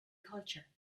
culture